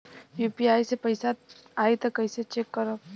UPI से पैसा आई त कइसे चेक करब?